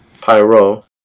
pyro